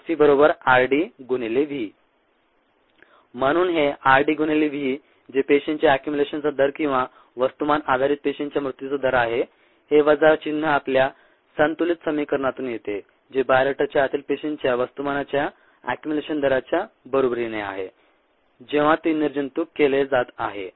rc rd V म्हणून हे rd गुणिले V जे पेशींच्या एक्युमुलेशनचा दर किंवा वस्तुमान आधारीत पेशींच्या मृत्यूचा दर आहे हे वजा चिन्ह आपल्या संतुलित समीकरणातून येते जे बायोरिएक्टरच्या आतील पेशींच्या वस्तुमानाच्या एक्युमुलेशन दराच्या बरोबरीने आहे जेव्हा ते निर्जंतुक केले जात आहे